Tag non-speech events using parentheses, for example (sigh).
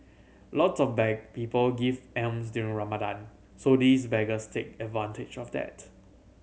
lots of (unintelligible) people give alms during Ramadan so these beggars take advantage of that